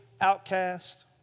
outcast